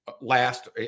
last